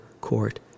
court